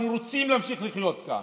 אנחנו רוצים להמשיך לחיות כאן.